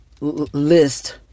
list